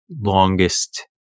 longest